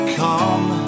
come